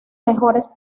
mejores